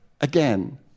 again